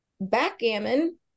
backgammon